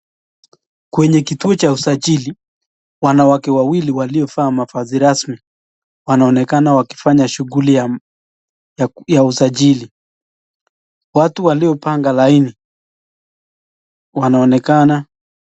Kwenye kituo cha usajili, wanawake wawili waliovaa mavazi rasmi wanaonekana wakifanya shughuli ya usajili, watu waliopanga laini wanaonekana.